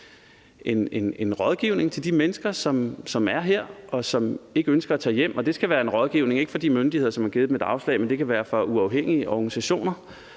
en rådgivning til de mennesker, som er her, og som ikke ønsker at tage hjem. Det skal være en rådgivning, ikke fra de myndigheder, som har givet dem et afslag, men det kan være fra uafhængige organisationer,